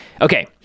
okay